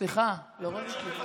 סליחה, לא ראיתי.